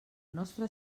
nostre